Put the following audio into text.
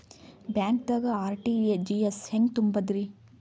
ಬ್ಯಾಂಕ್ದಾಗ ಆರ್.ಟಿ.ಜಿ.ಎಸ್ ಹೆಂಗ್ ತುಂಬಧ್ರಿ?